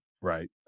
Right